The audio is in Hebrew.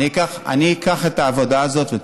אני אקח את העבודה הזאת.